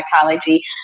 psychology